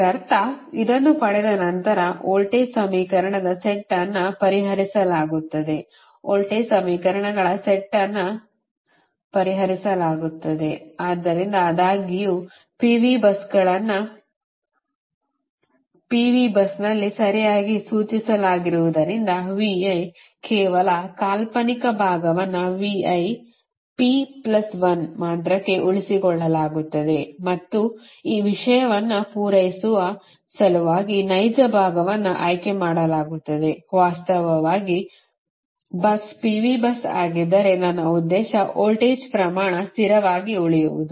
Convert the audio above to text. ಇದರರ್ಥ ಇದನ್ನು ಪಡೆದ ನಂತರ ವೋಲ್ಟೇಜ್ ಸಮೀಕರಣದ ಸೆಟ್ ಅನ್ನು ಪರಿಹರಿಸಲಾಗುತ್ತದೆ ಆದ್ದರಿಂದ ಆದಾಗ್ಯೂ P V busಗಳನ್ನು P V ಬಸ್ನಲ್ಲಿ ಸರಿಯಾಗಿ ಸೂಚಿಸಲಾಗಿರುವುದರಿಂದಕೇವಲ ಕಾಲ್ಪನಿಕ ಭಾಗವನ್ನು ಮಾತ್ರ ಉಳಿಸಿಕೊಳ್ಳಲಾಗುತ್ತದೆ ಮತ್ತು ಈ ವಿಷಯವನ್ನು ಪೂರೈಸುವ ಸಲುವಾಗಿ ನೈಜ ಭಾಗವನ್ನು ಆಯ್ಕೆ ಮಾಡಲಾಗುತ್ತದೆ ವಾಸ್ತವವಾಗಿ bus PV bus ಆಗಿದ್ದರೆ ನನ್ನ ಉದ್ದೇಶ ವೋಲ್ಟೇಜ್ ಪ್ರಮಾಣ ಸ್ಥಿರವಾಗಿ ಉಳಿಯುವುದು